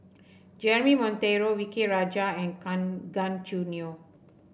Jeremy Monteiro V K Rajah and Kan Gan Choo Neo